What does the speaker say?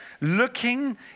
Looking